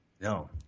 No